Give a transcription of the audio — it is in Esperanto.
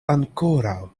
ankoraŭ